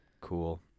cool